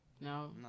No